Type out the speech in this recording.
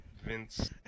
vince